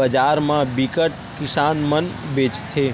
बजार म बिकट किसान मन बेचथे